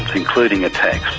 including a tax.